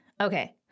Okay